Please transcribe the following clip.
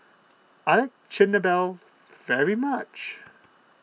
I Chigenabe very much